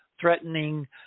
threatening